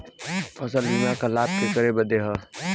फसल बीमा क लाभ केकरे बदे ह?